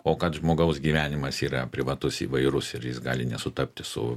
o kad žmogaus gyvenimas yra privatus įvairus ir jis gali nesutapti su